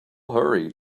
hurry